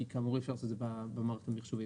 כי אי אפשר לעשות את זה במערכות הממוחשבות.